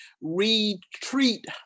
retreat